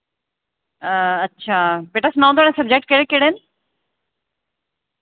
अच्छा बेटा सनाओ थोआढ़े सब्जैक्ट केह्डे़ केह्ड़े न